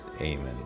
amen